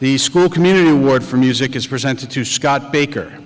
the school community award for music is presented to scott baker